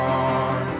on